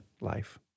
life